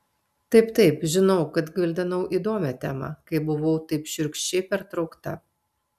taip taip žinau kad gvildenau įdomią temą kai buvau taip šiurkščiai pertraukta